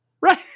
Right